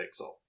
pixel